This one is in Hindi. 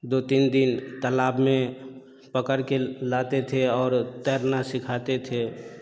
दो तीन दिन तालाब में पकड़ के लाते थे और तैरना सिखाते थे